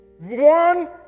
One